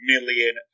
million